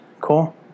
cool